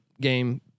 game